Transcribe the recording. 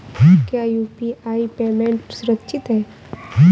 क्या UPI payment सुरक्षित है?